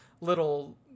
little